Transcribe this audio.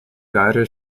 garter